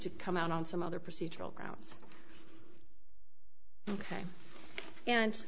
to come out on some other procedural grounds ok and